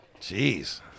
Jeez